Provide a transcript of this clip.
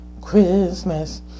Christmas